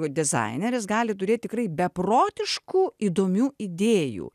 dizaineris gali turėt tikrai beprotiškų įdomių idėjų